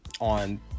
on